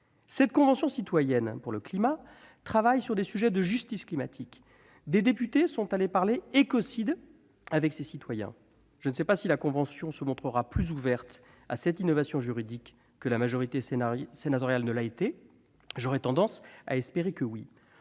cette convention citoyenne qui travaille sur des sujets de justice climatique. Des députés sont allés parler d'écocide avec ces citoyens. Je ne sais pas si la convention se montrera plus ouverte à cette innovation juridique que la majorité sénatoriale ne l'a été ; j'espère que oui.